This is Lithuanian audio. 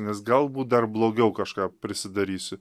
nes galbūt dar blogiau kažką prisidarysiu